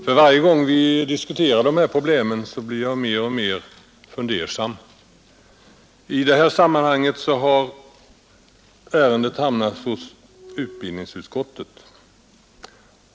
För varje gång vi diskuterar dessa problem blir jag mer och mer fundersam. Ärendet har den här gången hamnat hos utbildningsutskottet.